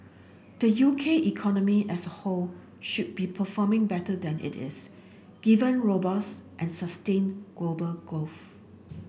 the U K economy as a whole should be performing better than it is given robust and sustained global growth